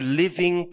living